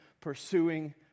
pursuing